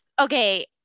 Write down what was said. okay